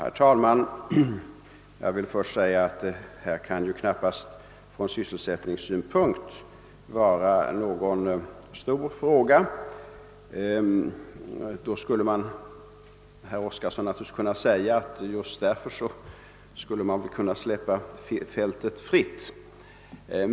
Herr talman! Detta kan knappast vara någon stor fråga från sysselsättningssynpunkt. Kanske skulle herr Oskarson då kunna säga att just därför borde man kunna släppa fältet fritt.